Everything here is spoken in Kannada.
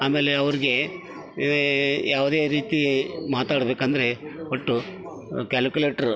ಆಮೇಲೆ ಅವ್ರಿಗೆ ಯಾವುದೇ ರೀತಿ ಮಾತಾಡಬೇಕಂದ್ರೆ ಒಟ್ಟು ಕ್ಯಾಲ್ಕುಲೇಟ್ರ್